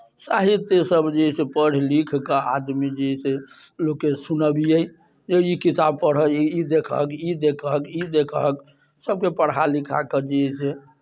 साहित्यसभ जे अइ से पढ़ि लिखि कऽ आदमी जे अइ से लोककेँ सुनबैए जे ई किताब पढ़ह ई देखहक ई देखहक ई देखहक सभके पढ़ा लिखा कऽ जे अइ से